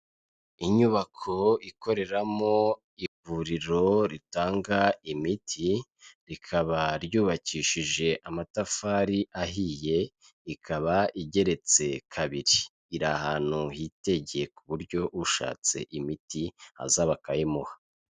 Inyubako ikoreramo ivuriro ritanga imiti, rikaba ryubakishije amatafari ahiye, ikaba igeretse kabiri, iri ahantu hitegeye ku buryo ushatse imiti aza bakayimuha.